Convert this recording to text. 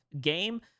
game